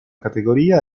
categoria